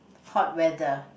hot weather